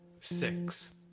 six